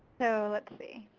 so, lets see.